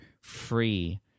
free